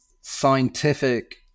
scientific